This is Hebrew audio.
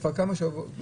כבר כמה שבועות.